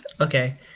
okay